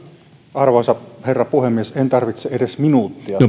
arvoisa herra puhemies en tarvitse edes minuuttia